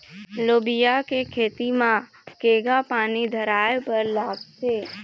लोबिया के खेती म केघा पानी धराएबर लागथे?